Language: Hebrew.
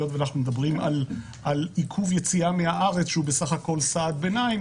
היות ואנחנו מדברים על עיכוב יציאה מהארץ שהוא בסך הכול סעד ביניים,